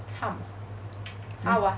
唱 bah